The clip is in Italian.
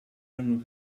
hanno